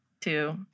two